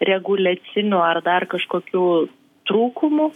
reguliacinių ar dar kažkokių trūkumų